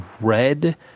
red